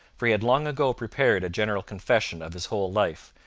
for he had long ago prepared a general confession of his whole life,